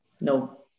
No